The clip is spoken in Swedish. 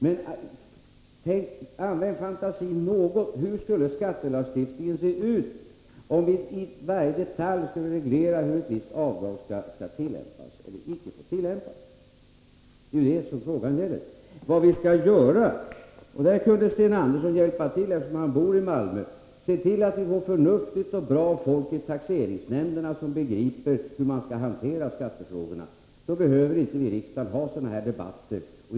Men använd fantasin något: Hur skulle skattelagstiftningen se ut om vi i varje detalj skulle reglera hur ett visst avdrag skall tillämpas eller inte? Det är ju detta som frågan gäller. Vad vi skall göra — och där kunde Sten Andersson hjälpa till, eftersom han bor i Malmö — är att se till att få förnuftigt och bra folk i taxeringsnämnderna som begriper hur skattefrågorna skall hanteras. Då behöver vi inte i riksdagen ha sådana debatter som denna.